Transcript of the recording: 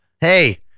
Hey